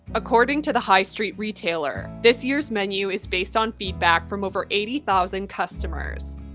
according to the high street retailer, this year's menu is based on feedback from over eighty thousand customers.